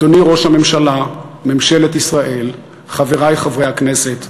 אדוני ראש הממשלה, ממשלת ישראל, חברי חברי הכנסת,